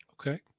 okay